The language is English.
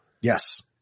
Yes